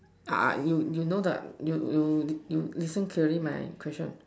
ah ah you you know the you you listen clearly my question